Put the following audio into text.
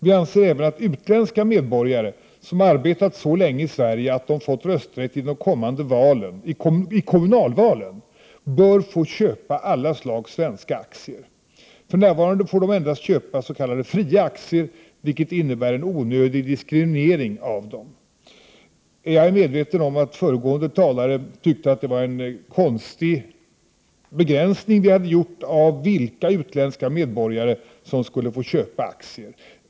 Vi anser även att utländska medborgare, som arbetat så länge i Sverige att de fått rösträtt i kommunalvalen, bör få köpa alla slags svenska aktier. För närvarande får de endast köpa s.k. fria aktier, vilket innebär en onödig diskriminering. Jag är medveten om att föregående talare tyckte att vi hade gjort en konstig begränsning när det gäller vilka utländska medborgare som skall få köpa aktier.